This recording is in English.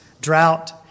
drought